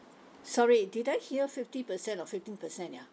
sorry did I hear fifty percent or fifteen percent ya